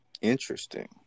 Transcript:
interesting